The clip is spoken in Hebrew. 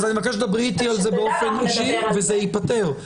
אז אני מבקש שתדברי איתי באופן אישי וזה ייפתר.